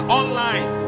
online